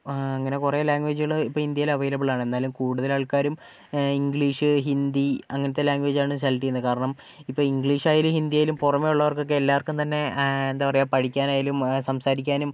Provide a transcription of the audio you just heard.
അങ്ങനെ കുറെ ലാങ്ക്വേജ്കൾ ഇപ്പോൾ ഇന്ത്യയിൽ അവൈലബിൾ ആണ് എന്നാലും കൂടുതൽ ആൾക്കാരും ഇംഗ്ലീഷ് ഹിന്ദി അങ്ങനത്തെ ലാംഗ്വേജ് ആണ് സെലക്ട് ചെയ്യുന്നത് കാരണം ഇപ്പം ഇംഗ്ലീഷ് ആയാലും ഹിന്ദി ആയാലും പുറമെയുള്ളവർക്ക് ഒക്കെ എല്ലാവർക്കും തന്നെ എന്താ പറയാ പഠിക്കാനായാലും സംസാരിക്കാനും